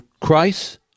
Christ